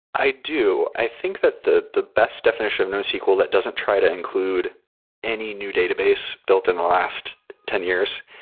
i do. i think that the the best definition of sql that doesn't try to include any new database built in the last ten years,